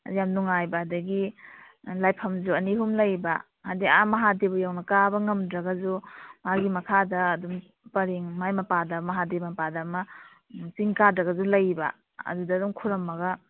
ꯌꯥꯝ ꯅꯨꯡꯉꯥꯏꯕ ꯑꯗꯒꯤ ꯂꯥꯏꯐꯝꯁꯨ ꯑꯅꯤ ꯑꯍꯨꯝ ꯂꯩꯌꯦꯕ ꯍꯥꯏꯗꯤ ꯑꯥ ꯃꯍꯥꯗꯦꯕ ꯌꯧꯅ ꯀꯥꯕ ꯉꯝꯗ꯭ꯔꯒꯁꯨ ꯃꯥꯒꯤ ꯃꯈꯥꯗ ꯑꯗꯨꯝ ꯄꯔꯦꯡ ꯃꯥꯏ ꯃꯄꯥꯗ ꯃꯍꯥꯗꯦꯕ ꯃꯄꯥꯗ ꯑꯃ ꯆꯤꯡ ꯀꯥꯗ꯭ꯔꯒꯁꯨ ꯂꯩꯌꯦꯕ ꯑꯗꯨꯗ ꯑꯗꯨꯝ ꯈꯨꯔꯨꯝꯃꯒ